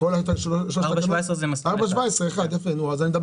4.17 זה מסלול נפרד.